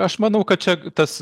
aš manau kad čia tas